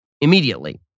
immediately